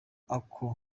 ako